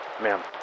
Ma'am